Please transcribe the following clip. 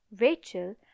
rachel